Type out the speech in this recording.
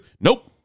Nope